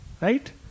Right